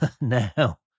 now